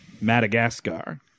Madagascar